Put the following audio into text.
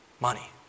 money